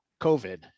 covid